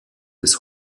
des